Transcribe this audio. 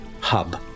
hub